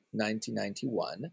1991